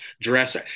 dress